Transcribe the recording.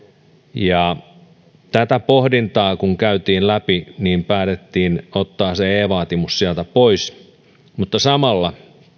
tätä pohdintaa kun käytiin läpi niin päätettiin ottaa se e vaatimus sieltä pois mutta samalla